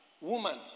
woman